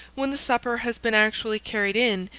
when the supper has been actually carried in,